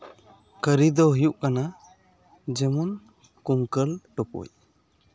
ᱠᱟᱹᱨᱤ ᱫᱚ ᱦᱩᱭᱩᱜ ᱠᱟᱱᱟ ᱡᱮᱢᱚᱱ ᱠᱩᱝᱠᱟᱹᱞ ᱴᱩᱠᱩᱡ